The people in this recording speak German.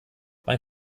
mein